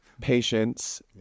patience